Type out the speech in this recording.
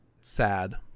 sad